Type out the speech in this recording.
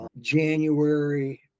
January